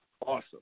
Awesome